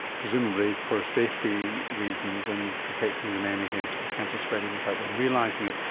presumably for safety reasons and protecting the men against the cancer spreading without them realising it.